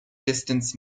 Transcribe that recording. distance